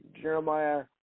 Jeremiah